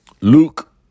Luke